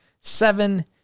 seven